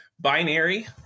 binary